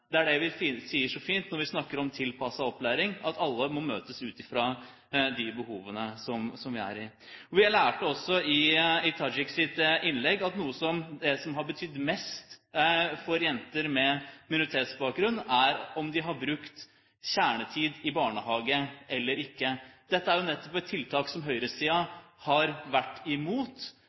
Det er det vi sier så fint når vi snakker om tilpasset opplæring, at alle må møtes ut ifra de behovene som de har. Jeg lærte også av Tajiks innlegg at noe av det som har betydd mest for jenter med minoritetsbakgrunn, er om de har brukt kjernetid i barnehage eller ikke. Dette er nettopp et tiltak som høyresiden har vært imot,